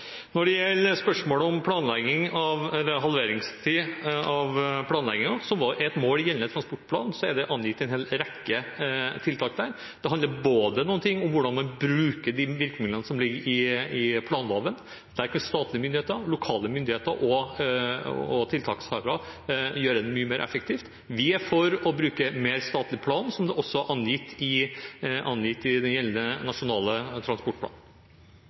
Når det gjelder spørsmålet om halveringstid for planlegging, som var et mål i gjeldende transportplan, er det angitt en hel rekke tiltak. Det handler om hvordan man bruker de virkemidlene som ligger i planloven. Der kan statlige myndigheter, lokale myndigheter og tiltakshavere gjøre det mye mer effektivt. Vi er for å bruke mer statlig plan, som også angitt i gjeldende Nasjonal transportplan. Noe av det vi ser etter denne perioden, er at byråkratiet har vokst veldig – også i